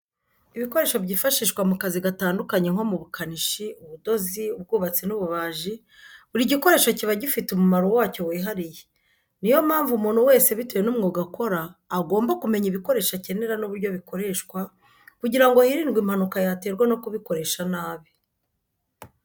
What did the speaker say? Ibikoresho byifashishwa mu kazi gatandukanye nko mu bukanishi ,ubudozi ,ubwubatsi n'ububajii, buri gikoresho kiba gifite umumaro wacyo wihariye niyo mpamvu umuntu wese bitewe n'umwuga akora agomba kumenya ibikoresho akenera n'uburyo bikoreshwa kugirango hirindwe impanuka yaterwa no kubikoresha nabi.